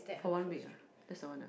for one week ah that's the one